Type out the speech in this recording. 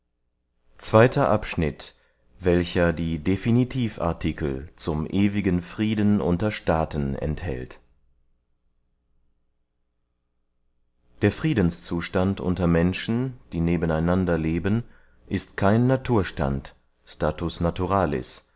zweyter abschnitt welcher die definitivartikel zum ewigen frieden unter staaten enthält der friedenszustand unter menschen die neben einander leben ist kein naturstand status naturalis